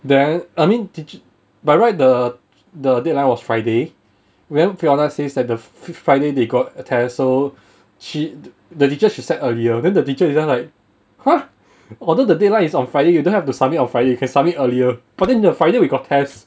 then I mean teach~ by right the the deadline was friday then fiona says that the fr~ friday they got a test so she the teacher should set earlier then the teacher is just like !huh! although the deadline is on friday you don't have to submit on friday can submit earlier but then the friday we got test